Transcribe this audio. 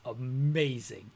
amazing